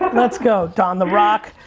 let's go. don the rock,